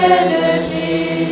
energy